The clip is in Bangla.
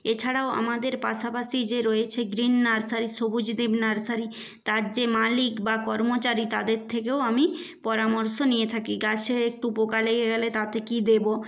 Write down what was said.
এছাড়াও আমাদের পাশাপাশি যে রয়েছে গ্রিন নার্সারি সবুজদ্বীপ নার্সারি তার যে মালিক বা কর্মচারী তাদের থেকেও আমি পরামর্শ নিয়ে থাকি গাছে একটু পোকা লেগে গেলে তাতে কী দেব